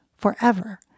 forever